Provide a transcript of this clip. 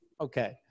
Okay